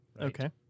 Okay